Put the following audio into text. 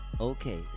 okay